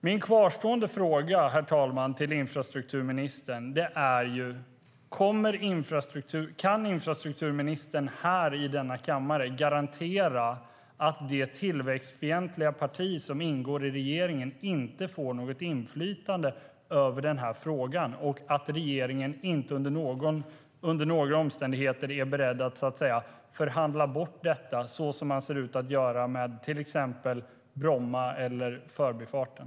Min kvarstående fråga, herr talman, till infrastrukturministern är: Kan infrastrukturministern i denna kammare garantera att det tillväxtfientliga parti som ingår i regeringen inte får något inflytande över den här frågan och att regeringen inte under några omständigheter är beredd att förhandla bort detta, så som man ser ut att göra med till exempel Bromma eller Förbifarten?